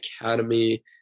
academy